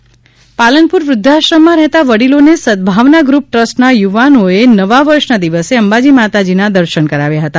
વુધ્ધાશ્રમ અંબાજી પાલનપુર વૃધ્ધાશ્રમમાં રહેતા વડીલોને સદભાવના ગ્રુપ ટ્રસ્ટના યુવાનોએ નવા વર્ષના દિવસે અંબાજી માતાજીના દર્શન કરાવ્યા હતા